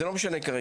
זה מה שנמסר לי.